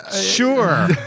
Sure